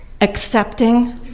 accepting